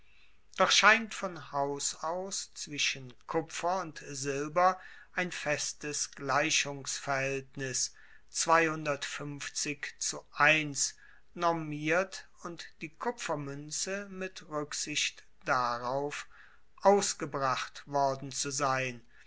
doch scheint von haus aus zwischen kupfer und silber ein festes gleichungsverhaeltnis normiert und die kupfermuenze mit ruecksicht darauf ausgebracht worden zu sein